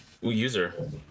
user